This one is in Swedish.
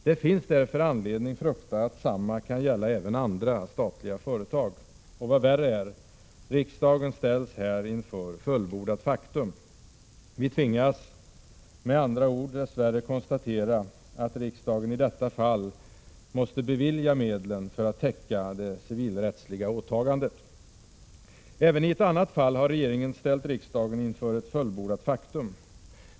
Det finns därför anledning frukta att samma kan gälla även andra statliga företag. Och vad värre är: riksdagen ställs här inför fullbordat faktum. Vi tvingas med andra ord dess värre konstatera att riksdagen i detta fall måste bevilja medlen för att täcka det civilrättsliga åtagandet. Även i ett annat fall har regeringen ställt riksdagen inför ett fullbordat faktum.